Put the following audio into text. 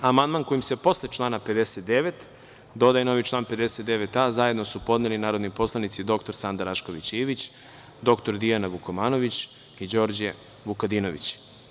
Amandman kojim s posle član 59. dodaje novi član 59a zajedno su podneli narodni poslanici dr Sanda Rašković Ivić, dr Dijana Vukomanović i Đorđe Vukadinović.